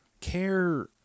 care